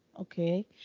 okay